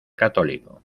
católico